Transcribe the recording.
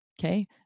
okay